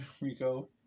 Rico